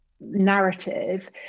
narrative